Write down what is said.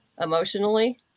emotionally